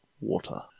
water